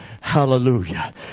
Hallelujah